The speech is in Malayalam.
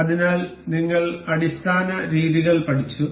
അതിനാൽ നിങ്ങൾ അടിസ്ഥാന രീതികൾ പഠിച്ചു